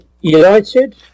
United